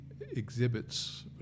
exhibits